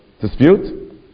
dispute